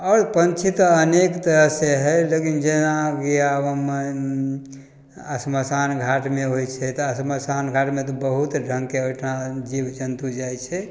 आओर पंछी तऽ अनेक तरह से हइ लेकिन जेनाकि आब मानि शमशान घाटमे होइ छै तऽ शमशान घाटमे तऽ बहुत ढङ्गके ओहिठाम जीव जन्तु जाइ छै